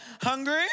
hungry